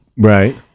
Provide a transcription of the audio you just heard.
Right